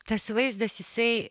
tas vaizdas jisai